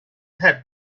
had